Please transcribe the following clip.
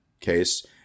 case